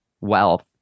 wealth